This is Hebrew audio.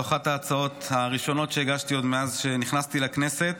זו אחת ההצעות הראשונות שהגשתי עוד מאז שנכנסתי לכנסת,